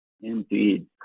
Indeed